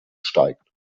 steigt